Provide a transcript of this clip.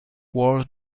war